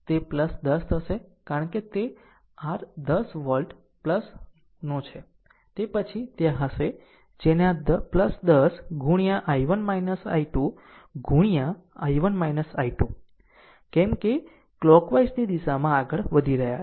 આમ તે 10 થશે કારણ કે તે r 10 વોલ્ટ નો છે તે પછી તે આ હશે જેને આ 10 into I1 I2 into I1 I2 કેમ કે કલોકવાઈઝ ની દિશામાં આગળ વધી રહ્યા છે